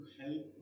help